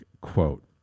quote